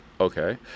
okay